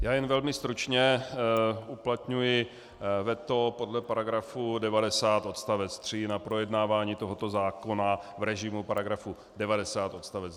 Já jen velmi stručně: Uplatňuji veto podle § 90 odst. 3 na projednávání tohoto zákona v režimu § 90 odst.